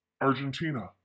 Argentina